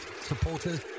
supporters